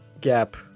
gap